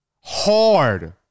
hard